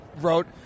wrote